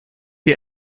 dir